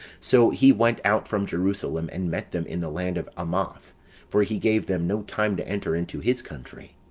so he went out from jerusalem, and met them in the land of amath for he gave them no time to enter into his country.